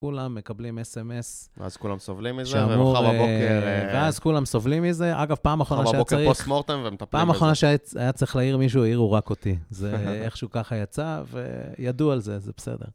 כולם מקבלים אס-אם-אס. ואז כולם סובלים מזה, ומחר בבוקר... ואז כולם סובלים מזה. אגב, פעם אחרונה שהיה צריך... מחר בבוקר, פוסט מורטן, ומטפלים את זה. פעם אחרונה שהיה צריך להעיר מישהו, העירו רק אותי. זה איכשהו ככה יצא, וידעו על זה, זה בסדר.